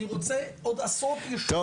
אני רוצה עוד עשרות ישובים.